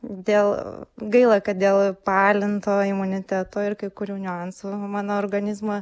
dėl gaila kad dėl paalinto imuniteto ir kai kurių niuansų mano organizmą